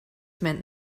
meant